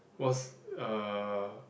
was uh